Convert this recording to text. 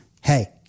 Hey